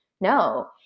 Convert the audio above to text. no